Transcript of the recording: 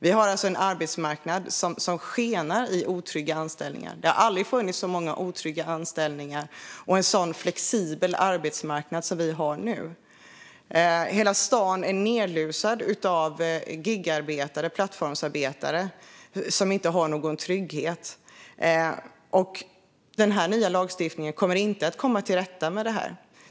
Vi har alltså en arbetsmarknad som skenar i otrygga anställningar. Det har aldrig funnits så många otrygga anställningar och en så flexibel arbetsmarknad som nu. Hela stan är nedlusad med gigarbetare, plattformsarbetare, som inte har någon trygghet. Den nya lagstiftningen kommer inte att komma till rätta med det här.